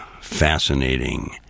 fascinating